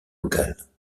locales